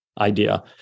idea